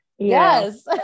yes